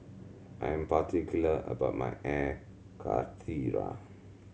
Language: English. I am particular about my Air Karthira